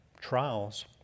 trials